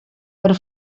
per